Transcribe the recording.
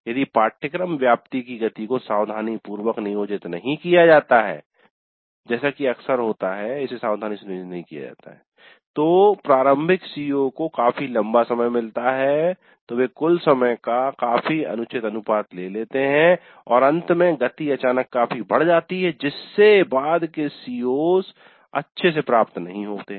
यदि पाठ्यक्रम व्याप्ति की गति को सावधानीपूर्वक नियोजित नहीं किया जाता है जैसा कि अक्सर ऐसा होता है कि इसे सावधानी से नियोजित नहीं किया जाता है तो प्रारंभिक सीओ CO को काफी लंबा समय मिलता है तो वे कुल समय का काफी अनुचित अनुपात ले लेते है और अंत में गति अचानक काफी बढ़ जाती है जिससे बाद के सीओ CO's अच्छे से प्राप्त नहीं हो होते हैं